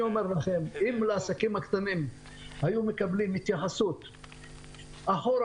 אם העסקים הקטנים היו מקבלים התייחסות אחורה,